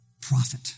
profit